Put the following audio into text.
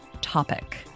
topic